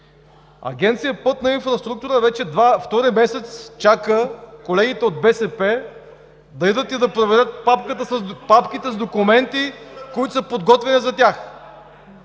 Агенция „Пътна инфраструктура“ вече втори месец чака колегите от БСП да отидат и да проверят папките с документи, които са подготвени за тях.